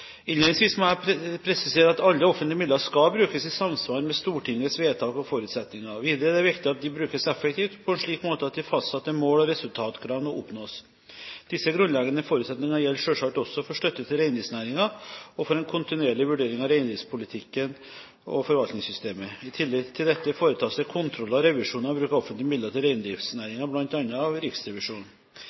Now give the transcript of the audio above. Innledningsvis må jeg presisere at alle offentlige midler skal brukes i samsvar med Stortingets vedtak og forutsetninger. Videre er det viktig at de brukes effektivt og på en slik måte at fastsatte mål og resultatkrav oppnås. Disse grunnleggende forutsetninger gjelder selvsagt også for støtte til reindriftsnæringen og for en kontinuerlig vurdering av reindriftspolitikken og forvaltningssystemet. I tillegg til dette foretas det kontroller og revisjoner av bruken av offentlige midler til reindriftsnæringen, bl.a. av Riksrevisjonen.